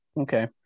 Okay